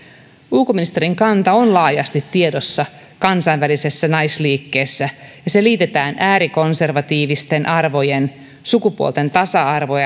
ulkoministerin kanta on laajasti tiedossa kansainvälisessä naisliikkeessä ja se liitetään äärikonservatiivisten arvojen sukupuolten tasa arvoa